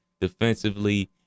defensively